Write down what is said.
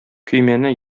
көймәне